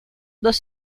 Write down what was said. dos